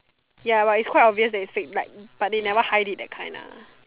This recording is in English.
ya but is quite obvious that is fake like but they never hide it that kind lah